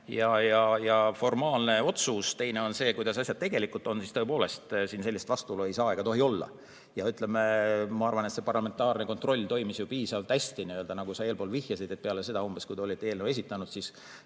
ja formaalne otsus, teine asi on see, kuidas asjad tegelikult on, siis tõepoolest, siin sellist vastuolu ei saa ega tohi olla. Ma arvan, et see parlamentaarne kontroll toimis ju piisavalt hästi, nagu sa eespool vihjasid. Peale seda, kui te olite eelnõu esitanud, siis